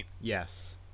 yes